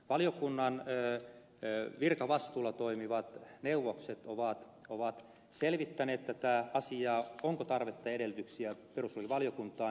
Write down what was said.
valiokunnan virkavastuulla toimivat neuvokset ovat selvittäneet tätä asiaa onko tarvetta ja edellytyksiä viedä perustuslakivaliokuntaan